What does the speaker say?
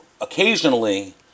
occasionally